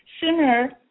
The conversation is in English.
sooner